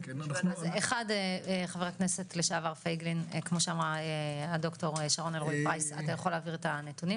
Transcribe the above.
חבר הכנסת לשעבר, אתה יכול להעביר את הנתונים.